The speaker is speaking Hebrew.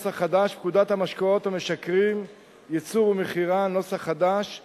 פקודת המשקאות המשכרים (ייצור ומכירה) ;